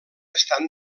estan